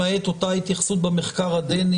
למעט אותה התייחסות במחקר הדני,